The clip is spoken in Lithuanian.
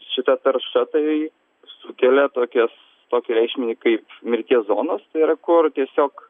šita tarša tai sukelia tokias tokį reiškinį kaip mirties zonas tai yra kur tiesiog